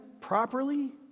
properly